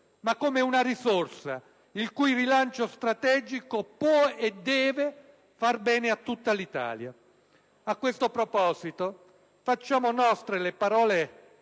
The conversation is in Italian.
ma come una risorsa il cui rilancio strategico può e deve far bene a tutta l'Italia. A questo proposito facciamo nostre le parole